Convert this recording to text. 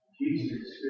Jesus